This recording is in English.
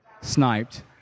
sniped